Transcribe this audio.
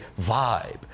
vibe